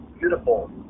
beautiful